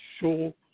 show